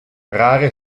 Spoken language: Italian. rare